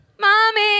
mommy